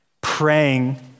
praying